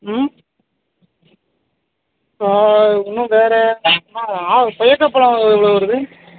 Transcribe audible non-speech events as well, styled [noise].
ம் இன்னும் வேறு [unintelligible] கொய்யாக்கா பழம் எவ்வளோ வருது